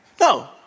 No